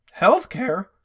Healthcare